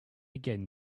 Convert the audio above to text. again